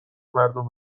مردم